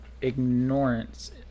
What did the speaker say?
ignorance